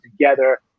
together